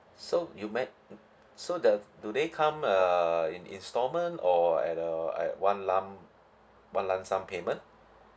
so you meant mm so the do they come uh in installment or at a at one lump one lump sum payment